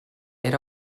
era